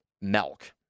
milk